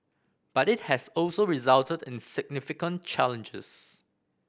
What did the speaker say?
but it has also resulted in significant challenges